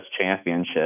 championship